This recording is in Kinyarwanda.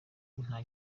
nta